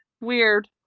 Weird